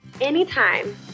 Anytime